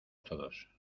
todos